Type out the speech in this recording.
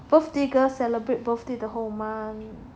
birthday girl celebrate the birthday the whole month